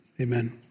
amen